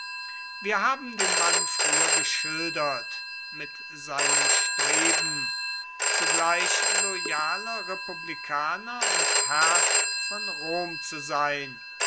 wir haben den mann früher geschildert mit seinem streben zugleich loyaler republikaner und herr von rom zu sein